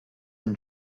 and